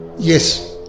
Yes